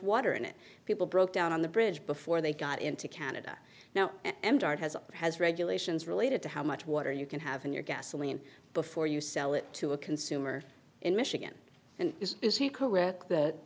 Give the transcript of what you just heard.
water in it people broke down on the bridge before they got into canada now has has regulations related to how much water you can have in your gasoline before you sell it to a consumer in michigan and is is he correct that